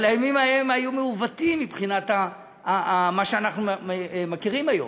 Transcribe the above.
אבל הימים ההם היו מעוותים מבחינת מה שאנחנו מכירים היום.